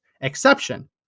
exception